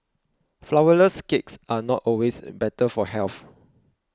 Flourless Cakes are not always better for health